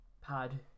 pad